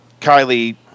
Kylie